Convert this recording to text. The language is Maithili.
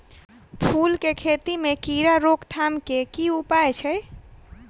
फूल केँ खेती मे कीड़ा रोकथाम केँ की उपाय छै?